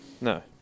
No